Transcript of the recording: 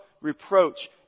reproach